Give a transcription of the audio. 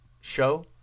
show